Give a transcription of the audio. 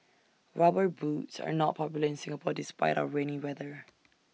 rubber boots are not popular in Singapore despite our rainy weather